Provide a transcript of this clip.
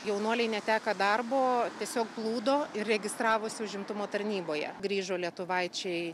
jaunuoliai neteka darbo tiesiog plūdo ir registravosi užimtumo tarnyboje grįžo lietuvaičiai